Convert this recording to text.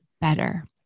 better